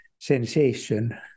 sensation